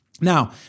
Now